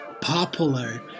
popular